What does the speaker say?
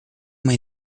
uma